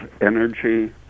energy